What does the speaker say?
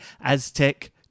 Aztec